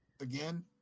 Again